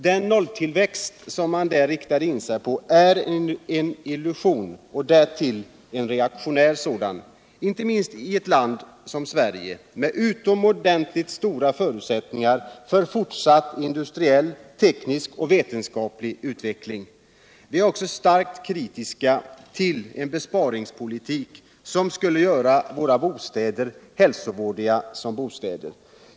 Den nolltillväxt som man där riktade in sig på är en illusion och därtill en reaktionär sådan, inte minst i ett land som Sverige med utomordentligt stora förutsättningar för fortsatt industriell, teknisk och vetenskaplig utveckling. Vi är också starkt kritiska till en besparingspolitik som skulle göra våra bostäder hälsovådliga.